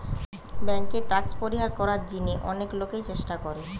বেঙ্কে ট্যাক্স পরিহার করার জিনে অনেক লোকই চেষ্টা করে